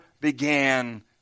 began